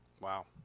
Wow